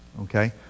okay